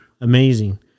Amazing